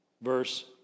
verse